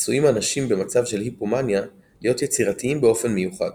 עשויים אנשים במצב של היפומאניה להיות יצירתיים באופן מיוחד.